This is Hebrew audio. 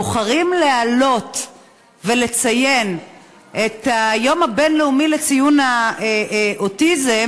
בוחרים לעלות ולציין את יום המודעות הבין-לאומי לאוטיזם.